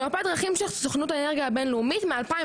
זו מפת דרכים של סוכנות האנרגיה הבין-לאומית מ-2021.